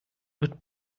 wird